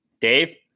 Dave